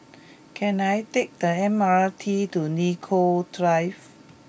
can I take the M R T to Nicoll Drive